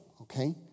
okay